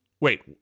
Wait